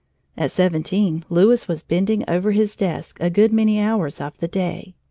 at seventeen louis was bending over his desk a good many hours of the day.